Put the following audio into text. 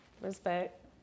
Respect